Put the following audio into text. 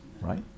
Right